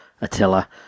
Attila